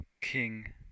king